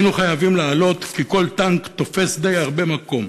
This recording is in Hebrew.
היינו חייבים לעלות, כי כל טנק תופס די הרבה מקום,